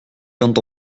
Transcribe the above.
quand